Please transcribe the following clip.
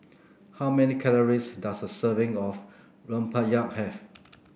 how many calories does a serving of Rempeyek have